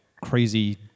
crazy